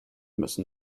müssen